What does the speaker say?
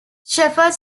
shepard